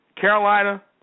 Carolina